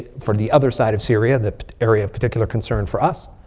for the other side of syria. that area of particular concern for us.